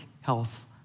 health